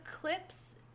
clips